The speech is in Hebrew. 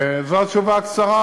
זו התשובה הקצרה,